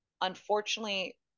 Unfortunately